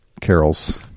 carols